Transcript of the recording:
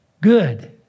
good